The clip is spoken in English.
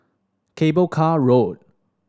Cable Car Road